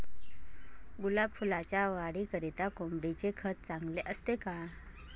गुलाब फुलाच्या वाढीकरिता कोंबडीचे खत चांगले असते का?